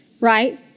right